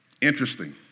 Interesting